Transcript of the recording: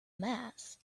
mass